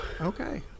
Okay